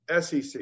SEC